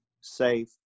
safe